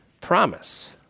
promise